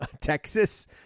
Texas